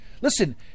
Listen